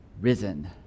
risen